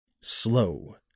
Slow